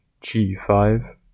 g5